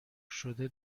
شده